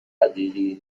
حقیقی